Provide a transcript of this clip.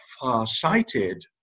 far-sighted